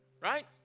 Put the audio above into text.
right